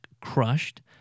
crushed